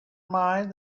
mind